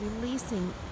releasing